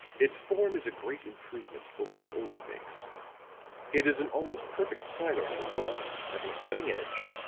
its form is a great improvement over the older makes it is an almost perfect side arm as well, having a cutting edge,